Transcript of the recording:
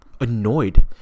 annoyed